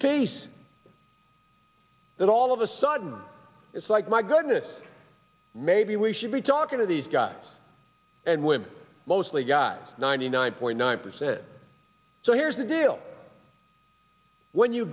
space that all of a sudden it's like my goodness maybe we should be talking to these guys and women mostly guys ninety nine point nine percent so here's the deal when you